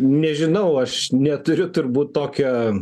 nežinau aš neturiu turbūt tokio